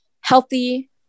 healthy